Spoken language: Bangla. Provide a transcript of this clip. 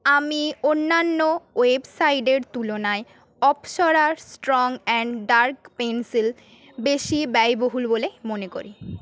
আমি অন্যান্য ওয়েবসাইটের তুলনায় Apsara strong and dark pencil বেশি ব্যয়বহুল বলে মনে করি